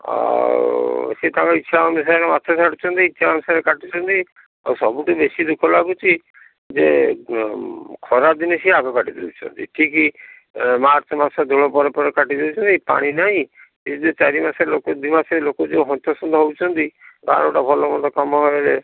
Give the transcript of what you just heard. ଆଉ ସେ ତାଙ୍କ ଇଚ୍ଛା ଅନୁସାରେ ମାଛ ଛାଡ଼ୁଛନ୍ତି ଇଚ୍ଛା ଅନୁସାରେ କାଟୁଛନ୍ତି ଆଉ ସବୁଠୁ ବେଶୀ ଦୁଃଖ ଲାଗୁଛି ଯେ ଖରାଦିନେ ସିଏ ଆଗ କାଟି ଦେଉଛନ୍ତି ଠିକ୍ ଏ ମାର୍ଚ୍ଚ ମାସ ଗଲା ପରେ ପରେ କାଟି ଦେଉଛନ୍ତି ପାଣି ନାହିଁ ଏଇନେ ଚାରି ମାସ ଲୋକ ଦୁଇ ମାସ ଲୋକ ଯେଉଁ ହନ୍ତ ସନ୍ତ ହେଉଛନ୍ତି କାହାର ଗୋଟେ ଭଲ ମନ୍ଦ କାମ ହେଲେ